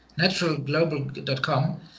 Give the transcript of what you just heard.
NaturalGlobal.com